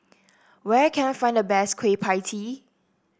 where can I find the best Kueh Pie Tee